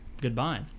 Goodbye